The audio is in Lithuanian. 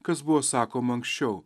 kas buvo sakoma anksčiau